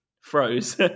froze